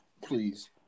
please